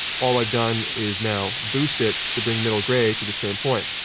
all i've done is now boosted to bring middle grey to the same point.